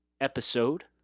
episode